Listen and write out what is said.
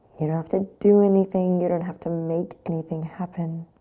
you don't have to do anything. you don't have to make anything happen.